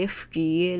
free